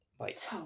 right